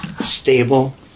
stable